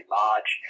large